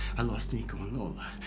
i lost nico and lola.